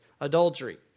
adultery